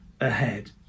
ahead